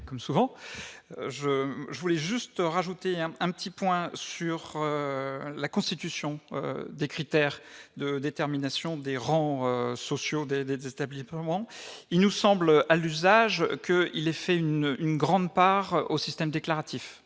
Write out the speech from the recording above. je voulais juste rajouter un petit point sur la constitution des critères de détermination des rangs sociaux des des des établissements, il nous semble, à l'usage que il est fait une une grande part au système déclaratif,